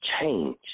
change